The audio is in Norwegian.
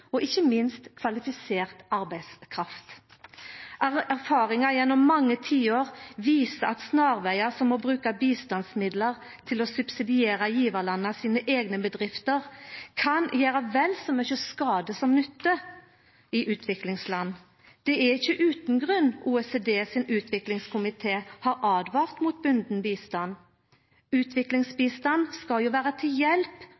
og ikkje minst kvalifisert arbeidskraft. Erfaringar gjennom mange tiår viser at snarvegar som å bruka bistandsmidlar til å subsidiera gjevarlandas eigne bedrifter, kan gjera vel så mykje skade som nytte i utviklingsland. Det er ikkje utan grunn at OECSs utviklingskomité har åtvara mot bunden bistand. Utviklingsbistand skal vera til hjelp